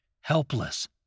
helpless